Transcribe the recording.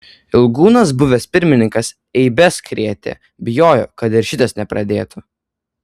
ilgūnas buvęs pirmininkas eibes krėtė bijojo kad ir šitas nepradėtų